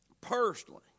personally